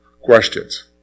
Questions